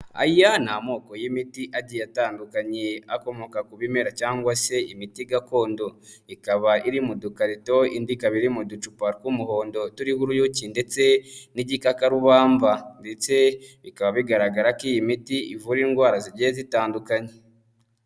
Aya ni amoko y'imiti agiye atandukanye, akomoka ku bimera cyangwa se imiti gakondo, ikaba iri mu dukarito indi kabiri mu ducupa tw'umuhondo turiho uruyuki, ndetse n'igikakarubamba, ndetse bikaba bigaragara ko iyi miti ivura indwara zigiye zitandukanye.